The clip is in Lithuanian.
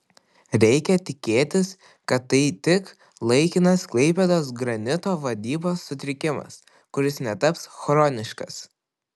reikia tikėtis kad tai tik laikinas klaipėdos granito vadybos sutrikimas kuris netaps chroniškas